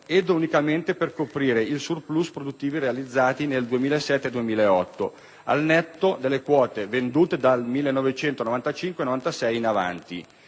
ed unicamente per coprire i surplus produttivi realizzati nel 2007-2008, al netto delle quote vendute dal biennio 1995-1996 in avanti.